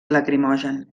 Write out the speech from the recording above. lacrimogen